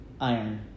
Iron